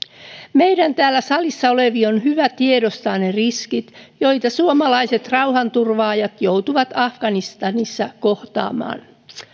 meidän täällä salissa olevien on hyvä tiedostaa ne riskit joita suomalaiset rauhanturvaajat joutuvat afganistanissa kohtaamaan